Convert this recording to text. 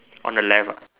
on the left ah